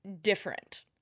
different